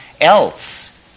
else